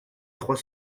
trois